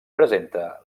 presenta